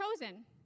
chosen